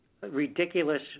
ridiculous